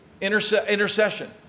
Intercession